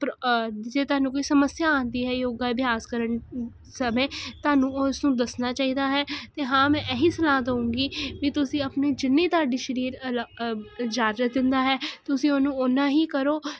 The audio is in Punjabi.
ਪ੍ਰੋ ਜੇ ਤੁਹਾਨੂੰ ਕੋਈ ਸਮੱਸਿਆ ਆਂਦੀ ਹੈ ਯੋਗਾ ਅਭਿਆਸ ਕਰਨ ਸਮੇਂ ਧਾਨੂੰ ਦੱਸਣਾ ਚਾਈਦਾ ਹੈ ਤੇ ਹਾਂ ਮੈਂ ਐਹੀ ਸਲਾਹ ਦਊਂਗੀ ਵੀ ਤੁਸੀਂ ਆਪਣੇ ਜਿੰਨੀ ਤਾਡੀ ਸ਼ਰੀਰ ਅਲੋ ਇਜਾਜਤ ਦਿੰਦਾ ਹੈ ਤੁਸੀਂ ਓਨੂੰ ਓਨਾ ਹੀ ਕਰੋ